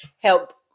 help